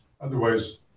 Otherwise